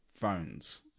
phones